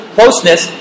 Closeness